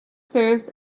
serves